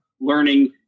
learning